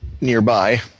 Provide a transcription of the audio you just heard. nearby